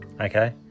Okay